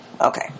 Okay